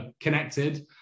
connected